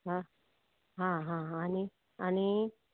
आं आं हा हा आनी आनी